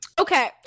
Okay